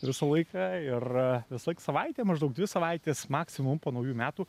visą laiką ir visąlaik savaitė maždaug dvi savaitės maksimum po naujų metų